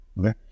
Okay